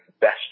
best